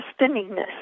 spinningness